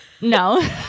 No